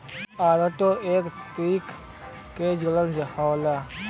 आरारोट एक तरीके क जड़ होला